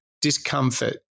discomfort